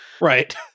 Right